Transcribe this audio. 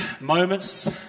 moments